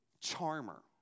charmer